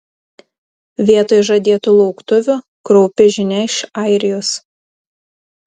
vietoj žadėtų lauktuvių kraupi žinia iš airijos